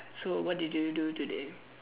so what did you do today